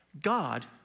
God